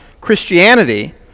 Christianity